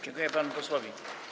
Dziękuję panu posłowi.